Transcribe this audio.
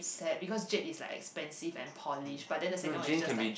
sad because Jade is like expensive and polished but then the second one is just like